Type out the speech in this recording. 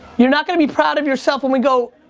you're not going to be proud of yourself when we go.